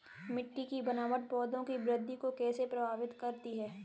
मिट्टी की बनावट पौधों की वृद्धि को कैसे प्रभावित करती है?